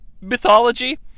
mythology